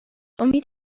امید